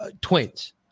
twins